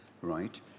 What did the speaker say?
right